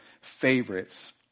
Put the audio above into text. favorites